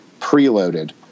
preloaded